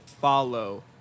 follow